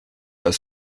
aus